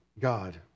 God